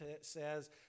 says